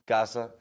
Gaza